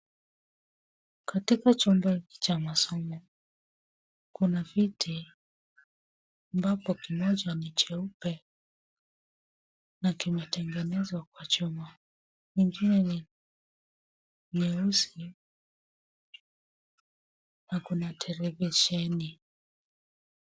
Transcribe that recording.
Katika chumba cha masomo, kuna viti ambapo kimoja ni cheupe na kimetengenezwa kwa chuma njia nyeusi na kuna televisheni.